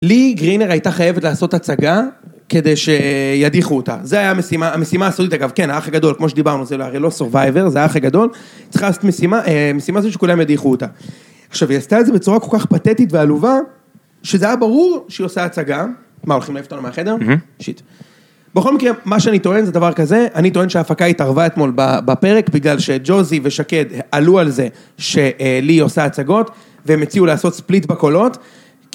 ליהי גרינר הייתה חייבת לעשות הצגה, כדי שידיחו אותה. זו הייתה המשימה, המשימה הסודית אגב, כן, האח הגדול, כמו שדיברנו, זה לא Survivor, זה האח הגדול. צריכה לעשות משימה, משימה הזו שכולם ידיחו אותה. עכשיו, היא עשתה את זה בצורה כל כך פתטית ועלובה, שזה היה ברור שהיא עושה הצגה. מה, הולכים להעיף אותנו מהחדר? שיט. בכל מקרה, מה שאני טוען זה דבר כזה, אני טוען שההפקה התערבה אתמול בפרק, בגלל שג'וזי ושקד עלו על זה, שליהי עושה הצגות והם הציעו לעשות ספליט בקולות.